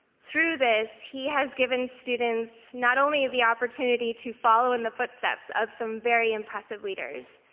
through this he has given students not only the opportunity to follow in the footsteps of some very impressive leaders,